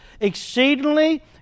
exceedingly